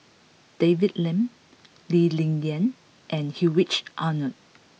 David Lim Lee Ling Yen and Hedwig Anuar